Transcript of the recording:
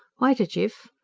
wait a jiff.